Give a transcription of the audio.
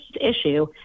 issue